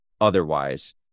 otherwise